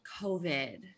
COVID